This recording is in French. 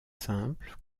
simple